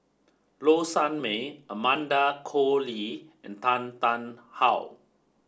low Sanmay Amanda Koe Lee and Tan Tarn How